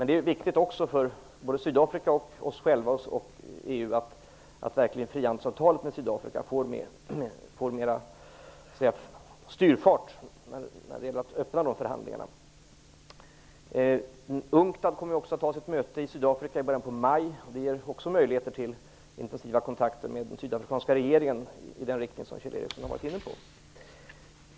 Det är viktigt för Sydafrika, för oss i Sverige och för EU att frihandelsavtalet med Sydafrika verkligen får mera styrfart när det gäller att öppna dessa förhandlingar. UNCTAD kommer att ha sitt möte i Sydafrika i början på maj, och det ger också möjligheter till intensiva kontakter med den sydafrikanska regeringen i den riktning som Kjell Ericsson var inne på.